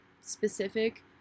specific